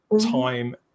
time